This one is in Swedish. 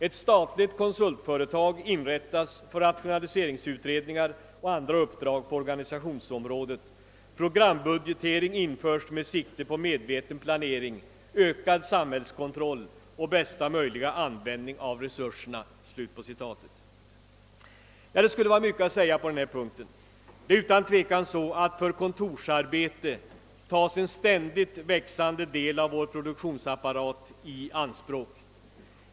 Ett statligt konsultföretag inrättas för rationaliseringsutredningar och andra uppdrag på organisationsområdet. Programbudgetering införs med sikte på medveten planering, ökad kostnadskontroll och bästa möjliga användning av resurserna.» Det skulle vara mycket att säga på den här punkten. Det är utan tvekan så att för kontorsarbete tas en ständigt växande del av vår produktionsapparat i anspråk.